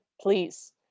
Please